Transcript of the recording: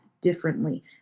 differently